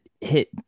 hit